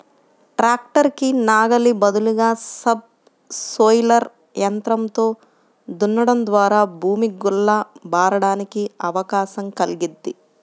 tractor కి నాగలి బదులుగా సబ్ సోయిలర్ యంత్రంతో దున్నడం ద్వారా భూమి గుల్ల బారడానికి అవకాశం కల్గిద్ది